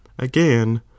Again